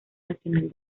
nacional